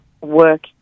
work